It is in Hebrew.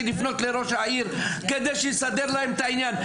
לפנות לראש העיר כדי שיסדר להן את העניין.